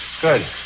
Good